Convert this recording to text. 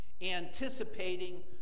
anticipating